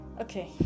Okay